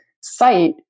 site